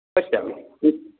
पश्यामि